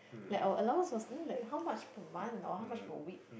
like our allowance was only like how much per month or how much per week